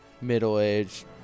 middle-aged